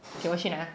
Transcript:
okay 我去拿